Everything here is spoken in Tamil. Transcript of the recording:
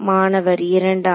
மாணவர் இரண்டாம்